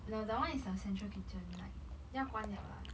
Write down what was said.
no that [one] is uh central kitchen like 要关 liao lah